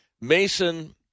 Mason